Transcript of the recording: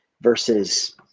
versus